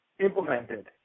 implemented